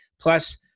Plus